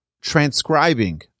transcribing